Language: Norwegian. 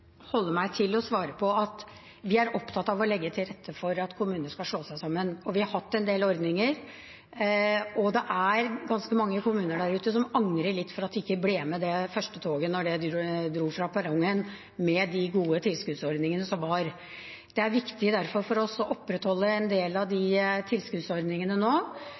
holde meg til å svare på at vi er opptatt av å legge til rette for at kommuner skal slå seg sammen. Vi har hatt en del ordninger, og det er ganske mange kommuner der ute som angrer litt på at de ikke ble med det første toget da det dro fra perrongen, med de gode tilskuddsordningene som var da. Det er derfor viktig for oss å opprettholde en del av de tilskuddsordningene nå.